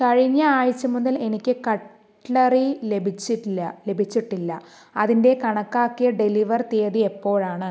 കഴിഞ്ഞ ആഴ്ച മുതൽ എനിക്ക് കട്ട്ലറി ലഭിച്ചിട്ടില്ല ലഭിച്ചിട്ടില്ല അതിൻ്റെ കണക്കാക്കിയ ഡെലിവർ തീയതി എപ്പോഴാണ്